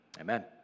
Amen